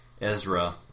Ezra